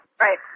Right